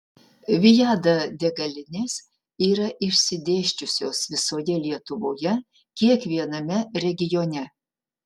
viada degalinės yra išsidėsčiusios visoje lietuvoje kiekviename regione